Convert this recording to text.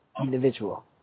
individual